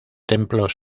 templos